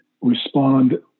respond